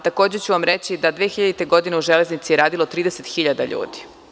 Takođe ću vam reći da 2000. godine u „Železnici“ je radilo 30 hiljada ljudi.